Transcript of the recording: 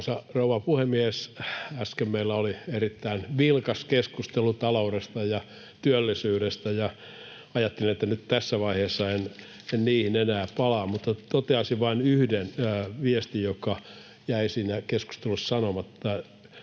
Arvoisa rouva puhemies! Äsken meillä oli erittäin vilkas keskustelu taloudesta ja työllisyydestä, ja ajattelin, että nyt tässä vaiheessa en niihin enää palaa, mutta toteaisin vain yhden viestin, joka jäi siinä keskustelussa sanomatta,